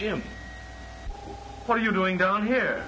jim what are you doing down here